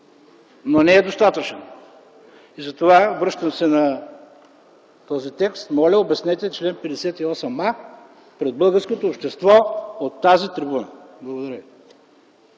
Но не е достатъчно. Връщам се на този текст, моля, обяснете чл. 58а пред българското общество от тази трибуна! Благодаря